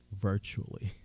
virtually